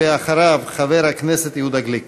אחריו, חבר הכנסת יהודה גליק.